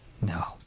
No